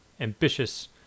ambitious